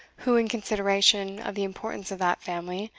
who, in consideration of the importance of that family,